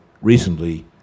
recently